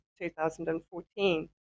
2014